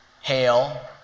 hail